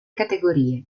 categorie